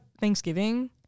Thanksgiving